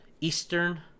Eastern